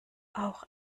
auch